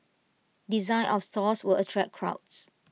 design of stores will attract crowds